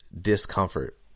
discomfort